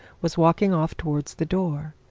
was walking off towards the door.